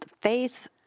faith